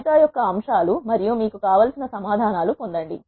జాబితా యొక్క అంశాలు మరియు మీకు కావలసిన సమాధానాలు పొందండి